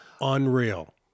Unreal